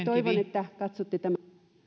toivon että katsotte tämän